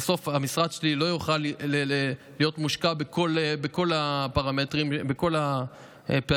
בסוף המשרד שלי לא יוכל להיות מושקע בכל הפרמטרים שבכל הפערים.